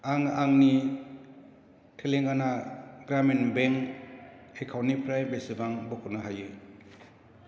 आं आंनि तेलेंगाना ग्रामिन बेंक एकाउन्टनिफ्राय बेसेबां बख'नो हायो